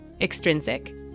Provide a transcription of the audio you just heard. extrinsic